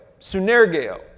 sunergeo